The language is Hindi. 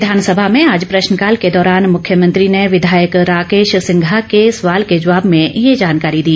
विधानसभा में आज प्रश्नकाल के दौरान मुख्यमंत्री ने विधायक राकेश सिंघा के सवाल के जवाब में ये जानकारी दी